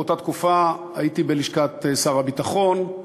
באותה תקופה הייתי בלשכת שר הביטחון.